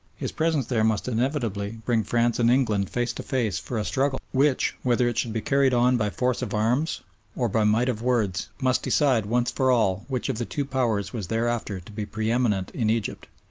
his presence there must inevitably bring france and england face to face for a struggle which, whether it should be carried on by force of arms or by might of words, must decide once for all which of the two powers was thereafter to be pre-eminent in egypt.